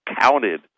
counted